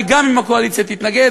וגם אם הקואליציה תתנגד,